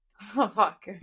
fuck